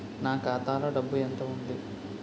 నా ఖాతాలో డబ్బు ఎంత ఉంది?